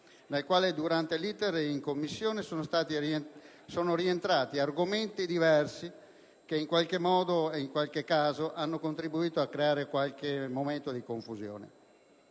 nel quale durante l'*iter* in Commissione sono rientrati argomenti diversi che in qualche modo e in qualche caso hanno contribuito a creare qualche momento di confusione.